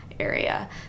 area